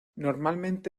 normalmente